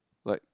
like